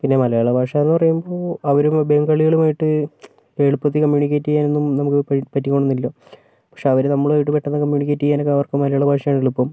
പിന്നെ മലയാള ഭാഷാന്ന് പറയുമ്പോൾ അവരും ബംഗാളികളുമായിട്ട് എളുപ്പത്തിൽ കമ്മ്യൂണിക്കേറ്റ് ചെയ്യാനൊന്നും നമുക്ക് പറ്റുവൊന്നുമില്ല പക്ഷേ അവര് നമ്മളുവായിട്ട് പെട്ടെന്ന് കമ്മ്യൂണിക്കേറ്റ് ചെയ്യാനൊക്കെ അവർക്ക് മലയാള ഭാഷയാണെളുപ്പം